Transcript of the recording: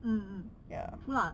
mm mm true lah